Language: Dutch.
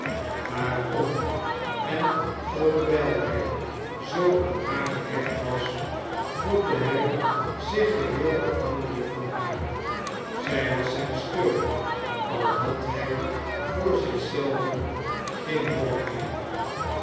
daarom en ook wijl hij zoo aah haar gehecht was voelde hij zich geheel afhaakelijk vaa haar zij was zija steun al had hij voor zich zelven geen hoop meer